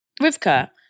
Rivka